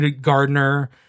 Gardner